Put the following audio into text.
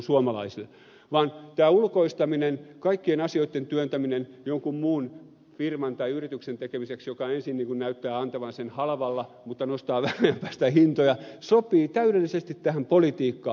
sen sijaan tämä ulkoistaminen kaikkien asioitten työntäminen jonkun firman tai yrityksen tekemiseksi joka ensin näyttää antavan sen halvalla mutta nostaa vähän ajan päästä hintoja sopii täydellisesti tähän politiikkaan